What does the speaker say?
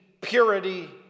purity